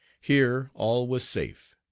here all was safe.